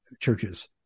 churches